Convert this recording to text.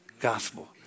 gospel